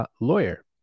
lawyer